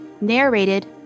Narrated